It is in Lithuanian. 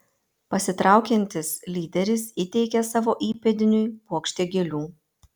pasitraukiantis lyderis įteikė savo įpėdiniui puokštę gėlių